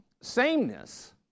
sameness